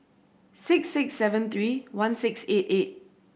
six six seven three one six eight eight